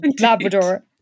Labrador